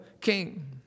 king